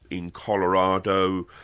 in colorado.